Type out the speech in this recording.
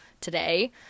today